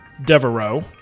Devereaux